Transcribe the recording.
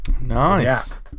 nice